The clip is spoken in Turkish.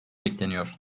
bekleniyor